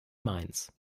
mainz